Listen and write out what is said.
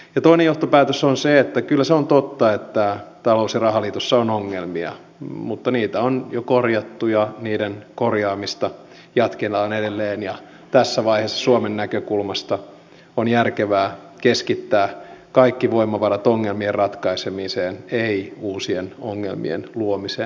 toinen johtopäätös on se että kyllä se on totta että talous ja rahaliitossa on ongelmia mutta niitä on jo korjattu ja niiden korjaamista jatketaan edelleen ja tässä vaiheessa suomen näkökulmasta on järkevää keskittää kaikki voimavarat ongelmien ratkaisemiseen ei uusien ongelmien luomiseen